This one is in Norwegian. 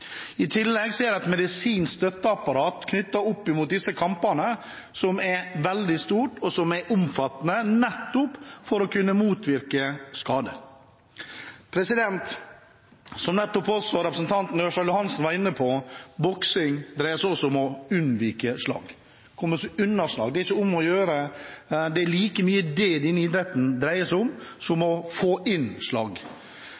I tillegg er det et medisinsk støtteapparat i tilknytning til disse kampene som er veldig stort og omfattende, nettopp for å kunne motvirke skade. Som representanten Ørsal Johansen nettopp var inne på: Boksing dreier seg også om å unnvike slag, komme seg unna slag. Det er like mye dette denne idretten dreier seg om, som